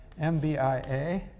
MBIA